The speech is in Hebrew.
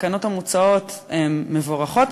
התקנות המוצעות הן מבורכות,